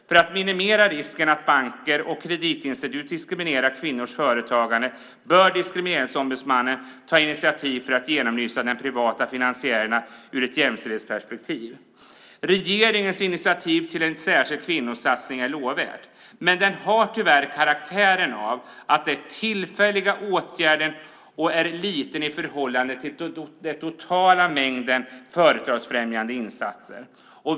För att minimera risken för att banker och kreditinstitut diskriminerar kvinnors företagande bör Diskrimineringsombudsmannen ta initiativ för att genomlysa de privata finansiärerna ur ett jämställdhetsperspektiv. Regeringens initiativ till en särskild kvinnosatsning är lovvärt, men det har tyvärr karaktären av tillfälliga åtgärder och är liten i förhållande till den totala mängden företagsfrämjande insatser.